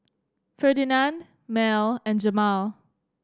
Ferdinand Mell and Jamal